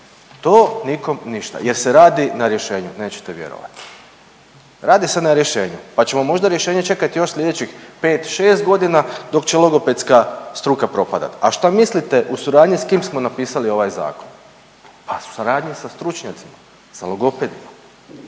to nikom ništa jer se radi na rješenju, nećete vjerovati. Radi se na rješenju pa ćemo možda rješenje čekati još slijedećih 5-6 godina dok će logopedska struka propadati. A šta mislite u suradnji s kim smo napisali ovaj zakon? Pa u suradnji sa stručnjacima, sa logopedima.